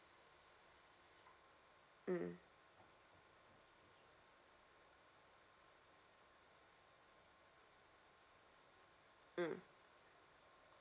mm mm